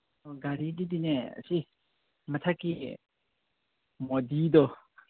ꯑꯣ ꯒꯥꯔꯤꯗꯨꯗꯤꯅꯦ ꯑꯁꯤ ꯃꯊꯛꯀꯤ ꯃꯣꯗꯤꯗꯣ